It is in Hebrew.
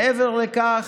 מעבר לכך,